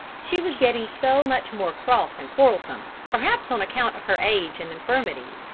she was getting so much more cross and quarrelsome, perhaps on account of her age and infirmities,